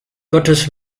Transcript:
gottes